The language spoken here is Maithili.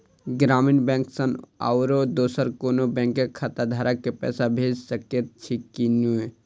ग्रामीण बैंक सँ आओर दोसर कोनो बैंकक खाताधारक केँ पैसा भेजि सकैत छी की नै?